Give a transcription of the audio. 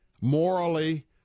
morally